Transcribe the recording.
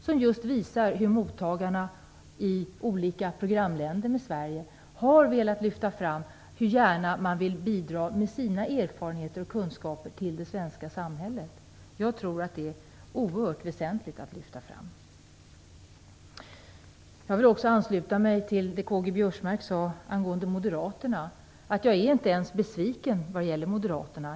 Den visar just hur mottagarna i olika programländer har velat lyfta fram hur man vill bidra med sina erfarenheter och kunskaper till det svenska samhället, vilket jag tror är oerhört väsentligt. Jag vill också ansluta mig till det som K-G Biörsmark sade angående Moderaterna. Jag är inte ens besviken på Moderaterna.